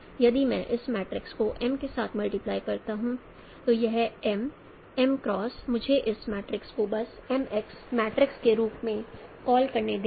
इसलिए यदि मैं इस मैट्रिक्स को M के साथ मल्टीप्लाई करता हूं तो यह m m क्रॉस मुझे इस मैट्रिक्स को बस mX मैट्रिक्स के रूप में कॉल करने दें